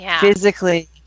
physically